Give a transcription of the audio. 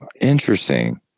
Interesting